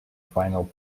final